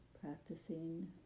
practicing